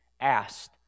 asked